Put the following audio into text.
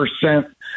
percent